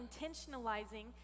intentionalizing